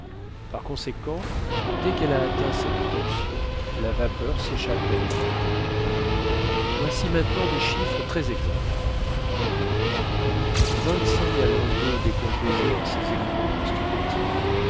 par conséquent dès qu'elle a atteint cette tension la vapeur s'échappe d'elle même voici maintenant des chiffres très exacts vingt-cinq gallons d'eau décomposée en ses éléments constitutifs